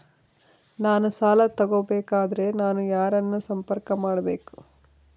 ನಾನು ಸಾಲ ತಗೋಬೇಕಾದರೆ ನಾನು ಯಾರನ್ನು ಸಂಪರ್ಕ ಮಾಡಬೇಕು?